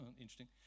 Interesting